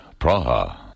Praha